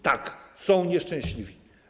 Tak, są nieszczęśliwi.